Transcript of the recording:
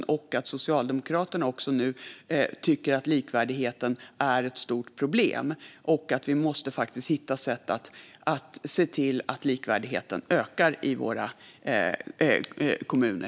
Det är också bra att Socialdemokraterna nu tycker att det finns stora problem med likvärdigheten och att vi måste hitta sätt att se till att likvärdigheten ökar i våra kommuner.